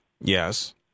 Yes